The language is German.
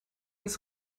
ins